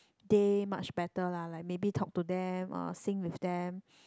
day much better lah like maybe talk to them or sing with them